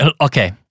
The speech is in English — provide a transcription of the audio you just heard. Okay